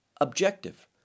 objective